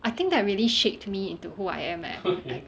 I think that really shaped me into who I am leh